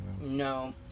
No